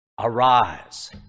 Arise